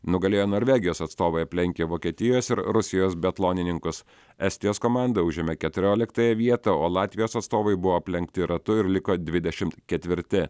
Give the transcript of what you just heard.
nugalėjo norvegijos atstovai aplenkę vokietijos ir rusijos biatlonininkus estijos komanda užėmė keturioliktąją vietą o latvijos atstovai buvo aplenkti ratu ir liko dvidešimt ketvirti